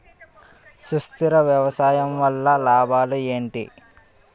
సుస్థిర వ్యవసాయం వల్ల లాభాలు ఏంటి?